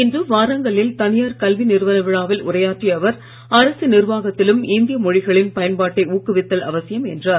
இன்று வாரங்கல்லில் தனியார் கல்வி நிறுவன விழாவில் உரையாற்றிய அவர் அரசு நிர்வாகத்திலும் இந்திய மொழிகளின் பயன்பாட்டை ஊக்குவித்தல் அவசியம் என்றார்